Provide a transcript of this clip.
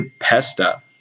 Pesta